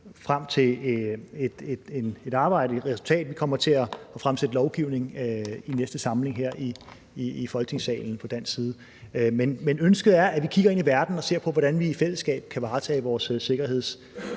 frem til et resultat, og vi kommer til at fremsætte forslag til lovgivning i næste samling her i Folketingssalen fra dansk side. Men ønsket er, at vi kigger ind i verden og ser på, hvordan vi i fællesskab kan varetage vores sikkerhedsinteresser,